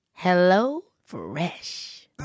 HelloFresh